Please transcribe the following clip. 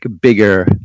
bigger